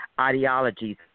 ideologies